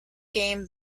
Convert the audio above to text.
game